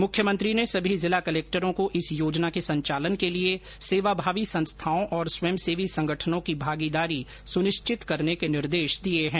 मुख्यमंत्री ने सभी जिला कलक्टरों को इस योजना के संचालन के लिए सेवाभावी संस्थाओं और स्वयंसेवी संगठनों की भागीदारी सुनिश्चित करने के निर्देश दिये हैं